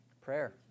Prayer